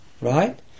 right